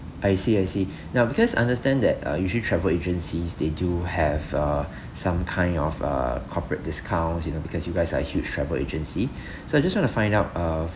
I see I see now because understand that uh usually travel agencies they do have uh some kind of uh corporate discounts you know because you guys are huge travel agency so I just want to find out uh